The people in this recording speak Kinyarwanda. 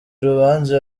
urubanza